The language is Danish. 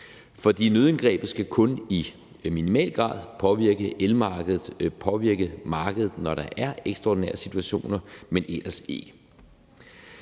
For nødindgrebet skal kun i minimal grad påvirke elmarkedet og påvirke markedet, nemlig når der er ekstraordinære situationer, men ellers ikke.